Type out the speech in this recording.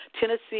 Tennessee